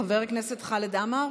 חבר הכנסת חמד עמאר,